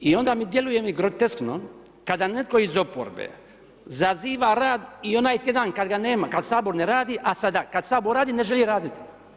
I onda djeluje mi groteskno kada netko iz oporbe zaziva rad i onaj tjedan kada ga nema kada Sabor ne radi, a sada kada Sabor radi ne želi raditi.